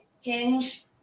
hinge